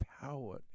power